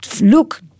look